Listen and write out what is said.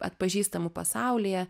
atpažįstamų pasaulyje